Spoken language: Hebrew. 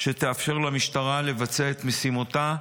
שתאפשר למשטרה לבצע את משימתה,